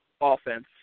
Offense